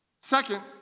Second